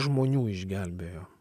žmonių išgelbėjo